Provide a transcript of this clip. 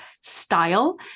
style